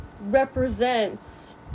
represents